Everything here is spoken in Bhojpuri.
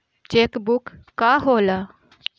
चेक बुक का होला?